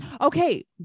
okay